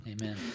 Amen